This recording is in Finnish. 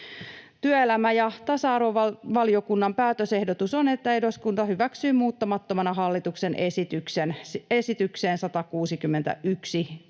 Työelämä- ja tasa-arvovaliokunnan päätösehdotus on, että eduskunta hyväksyy muuttamattomana hallituksen esitykseen 161/2021